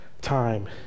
time